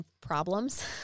problems